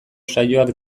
saioak